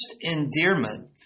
endearment